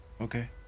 Okay